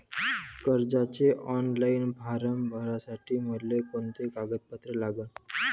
कर्जाचे online form भरासाठी मले कोंते कागद लागन?